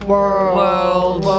World